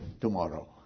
tomorrow